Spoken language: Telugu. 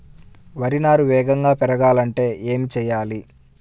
వరి నారు వేగంగా పెరగాలంటే ఏమి చెయ్యాలి?